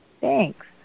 Thanks